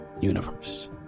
universe